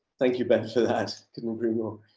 thank you, ben, for that. couldn't agree more.